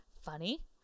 funny